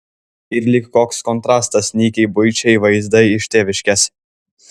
ir lyg koks kontrastas nykiai buičiai vaizdai iš tėviškės